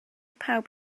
pawb